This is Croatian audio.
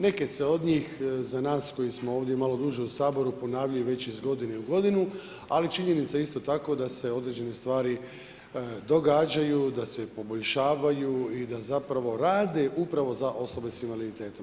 Neke se od njih za nas koji smo ovdje malo duže u Saboru ponavljaju već iz godine u godinu, ali činjenica je isto tako da se određene stvari događaju, da se poboljšavaju i da zapravo rade upravo za osobe s invaliditetom.